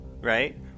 right